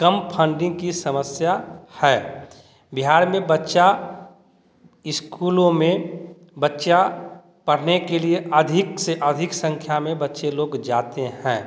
कम funding की समस्या है बिहार में बच्चा स्कूलों में बच्चा पढ़ने के लिए अधिक से अधिक संख्या में बच्चे लोग जाते हैं